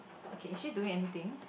okay is she doing anything